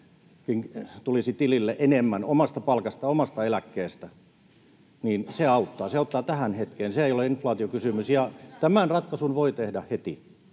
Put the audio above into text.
tulisi tilille omasta palkasta ja omasta eläkkeestä, auttaa tähän hetkeen. Se ei ole inflaatiokysymys. Ja tämän ratkaisun voi tehdä heti.